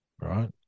Right